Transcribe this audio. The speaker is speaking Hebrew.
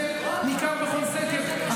זה ניכר בכל סקר.